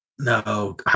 No